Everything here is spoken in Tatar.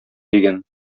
дигән